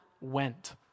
went